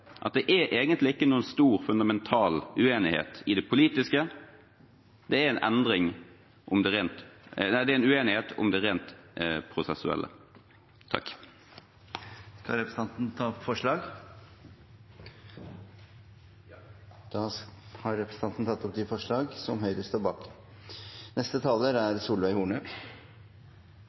at det egentlig ikke er noen stor, fundamental uenighet i det politiske, men en uenighet om det rent prosessuelle. Skal representanten ta opp forslag? Ja. Representanten Peter Frølich har dermed tatt opp det forslaget Høyre og Fremskrittspartiet står bak. Det er et viktig forslag som blir vedtatt i dag. Selv om det bare er